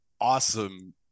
awesome